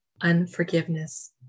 unforgiveness